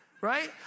Right